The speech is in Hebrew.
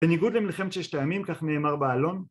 בניגוד למלחמת ששת הימים כך נאמר בעלון